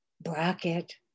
bracket